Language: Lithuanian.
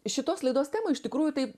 šitos laidos tema iš tikrųjų tai